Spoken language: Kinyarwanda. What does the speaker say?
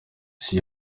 isi